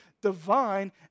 divine